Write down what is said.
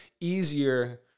easier